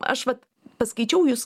aš vat paskaičiau jūs